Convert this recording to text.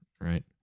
right